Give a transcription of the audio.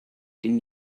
den